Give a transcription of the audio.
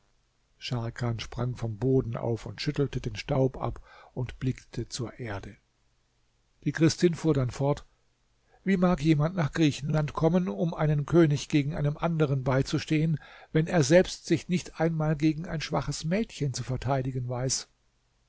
scharkan sprang vom boden auf schüttelte den staub ab und blickte zur erde die christin fuhr dann fort wie mag jemand nach griechenland kommen um einem könig gegen einen anderen beizustehen wenn er selbst sich nicht einmal gegen ein schwaches mädchen zu verteidigen weiß